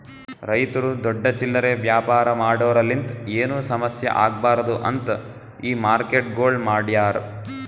ರೈತುರು ದೊಡ್ಡ ಚಿಲ್ಲರೆ ವ್ಯಾಪಾರ ಮಾಡೋರಲಿಂತ್ ಏನು ಸಮಸ್ಯ ಆಗ್ಬಾರ್ದು ಅಂತ್ ಈ ಮಾರ್ಕೆಟ್ಗೊಳ್ ಮಾಡ್ಯಾರ್